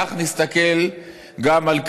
כך נסתכל גם על קאז'יק,